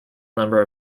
number